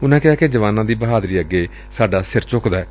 ਉਨੂਾ ਕਿਹਾ ਕਿ ਜਵਾਨਾਂ ਦੀ ਬਹਾਦਰੀ ਅੱਗੇ ਸਾਡਾ ਸਿਰ ਝੁਕਦਾ ਏ